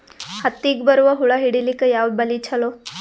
ಹತ್ತಿಗ ಬರುವ ಹುಳ ಹಿಡೀಲಿಕ ಯಾವ ಬಲಿ ಚಲೋ?